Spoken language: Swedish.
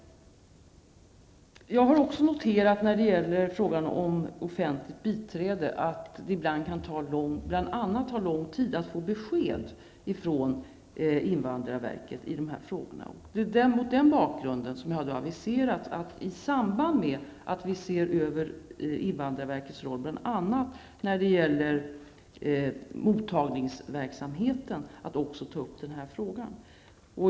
När det gäller frågan om offentligt biträde har jag noterat att det ibland kan ta lång tid att få besked från invandrarverket. Det är mot den bakgrunden som jag har aviserat att vi, i samband med att vi ser över invandrarverkets roll när det gäller mottagningsverksamheten, även skall ta upp den här frågan.